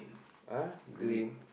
!huh! grey